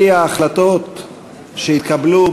לפי ההחלטות שהתקבלו,